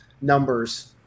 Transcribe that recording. numbers